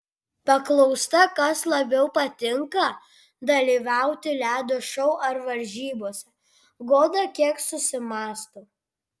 paklausta kas labiau patinka dalyvauti ledo šou ar varžybose goda kiek susimąsto